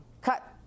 cut